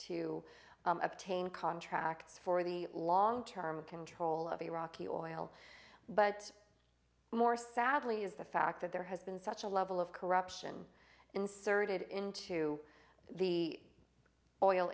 to obtain contracts for the long term control of iraqi oil but more sadly is the fact that there has been such a level of corruption inserted into the oil